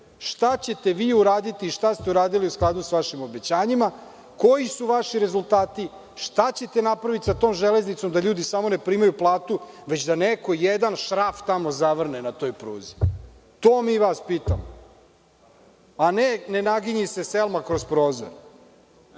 Šta ćete vi uraditi i šta ste uradili u skladu sa vašim obećanjima? Koji su vaši rezultati? Šta ćete uraditi sa tom Železnicom, pa da ljudi samo ne primaju platu, već da neko jedan šraf tamo zavrne na toj pruzi? To mi vas pitamo, a ne ne naginji se Selma kroz prozor. Znate,